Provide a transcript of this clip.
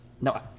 No